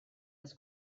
was